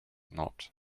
not